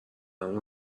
اون